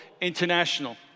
International